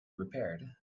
repaired